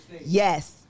yes